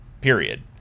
period